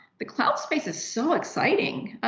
the cloud space is so exciting.